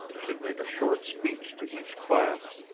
should make a short speech to each class.